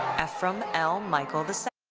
efrom l. michael the.